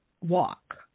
Walk